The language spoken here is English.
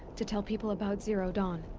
to tell people about zero dawn.